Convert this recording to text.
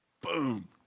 Boom